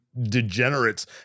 degenerates